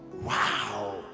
Wow